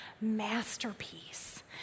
masterpiece